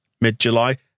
mid-July